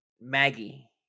Maggie